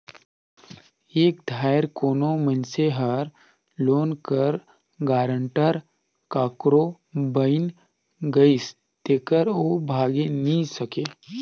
एक धाएर कोनो मइनसे हर लोन कर गारंटर काकरो बइन गइस तेकर ओ भागे नी सके